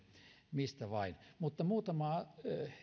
mistä vain mutta muutama